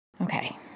Okay